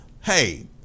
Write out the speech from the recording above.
hey